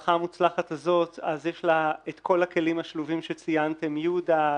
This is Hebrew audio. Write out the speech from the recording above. המערכה המוצלחת הזאת יש לה את כל הכלים השלובים שציינתם: יהודה,